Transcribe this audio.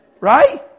Right